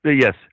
yes